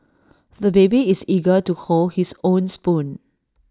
the baby is eager to hold his own spoon